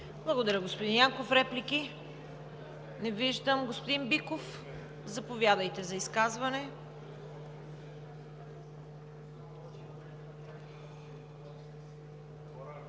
Благодаря, господин Янков. Реплики? Не виждам. Господин Биков, заповядайте за изказване.